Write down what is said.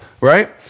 Right